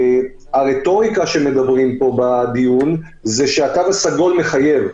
הרטוריקה שמדברים פה בדיון זה שהקו הסגול מחייב.